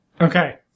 Okay